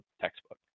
textbook